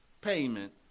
payment